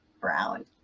Brown